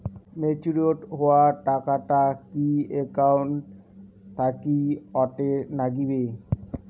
Matured হওয়া টাকাটা কি একাউন্ট থাকি অটের নাগিবে?